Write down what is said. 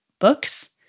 Books